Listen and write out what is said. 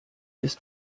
ist